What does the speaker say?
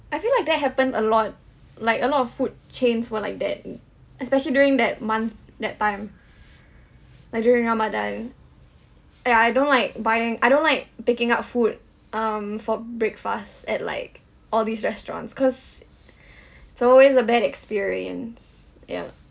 I feel like that happened a lot like a lot of food chains were like that uh especially during that month that time like during ramadan eh I don't like buying I don't like picking up food um for break fast at like all these restaurants cause it's always a bad experience ya